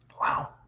Wow